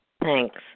Thanks